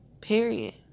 period